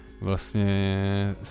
vlastně